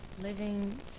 living